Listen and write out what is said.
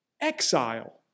exile